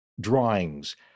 drawings